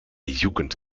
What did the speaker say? jugend